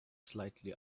slightly